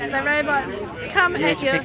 and the robots come and at you, like